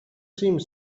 seemed